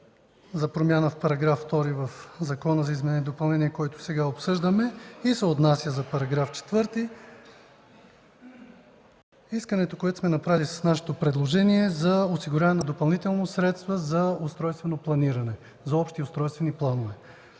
за промяна в § 2 в Закона за изменение и допълнение, който сега обсъждаме, и се отнася до § 4. Искането, което сме направили с нашето предложение, е за осигуряване на допълнителни средства за устройствено планиране, за общи устройствени планове.